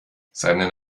seine